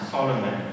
Solomon